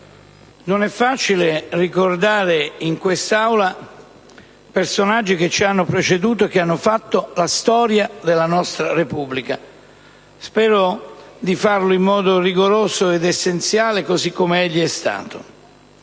non è facile ricordare in quest'Aula personaggi che ci hanno preceduto e che hanno fatto la storia della nostra Repubblica; spero quindi di farlo in modo rigoroso ed essenziale, così come egli è stato.